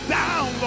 down